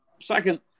Second